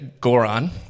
Goron